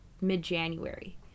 mid-January